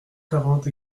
quarante